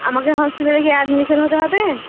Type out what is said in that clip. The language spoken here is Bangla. আমাকে হসপিটালে গিয়ে অ্যাডমিশান হতে হবে